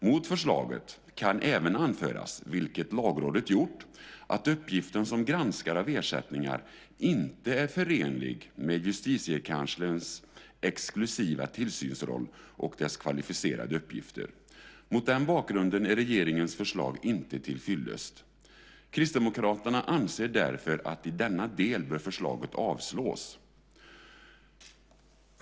Mot förslaget kan även anföras, vilket Lagrådet har gjort, att uppgiften som granskare av ersättningar inte är förenlig med Justitiekanslerns exklusiva tillsynsroll och dess kvalificerade uppgifter. Mot den bakgrunden är regeringens förslag inte tillfyllest. Kristdemokraterna anser därför att i förslaget bör avslås i denna del.